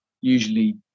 usually